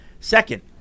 Second